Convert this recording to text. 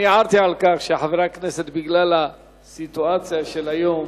אני הערתי על כך, שבגלל הסיטואציה של היום